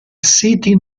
city